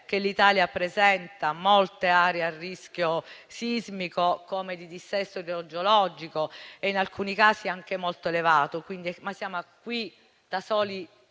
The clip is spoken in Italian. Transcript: l'Italia presenta molte aree a rischio sismico o di dissesto idrogeologico, in alcuni casi anche molto elevato, ma siamo qui da soli